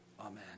Amen